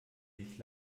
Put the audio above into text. sich